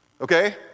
okay